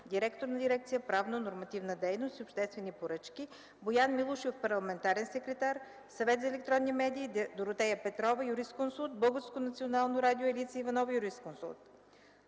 директор на дирекция „Правно нормативна дейност и обществени поръчки”, Боян Милушев, парламентарен секретар; Съвет за електронни медии – Доротея Петрова, юрисконсулт; Българското национално радио – Елица Иванова, юрисконсулт.